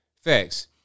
Facts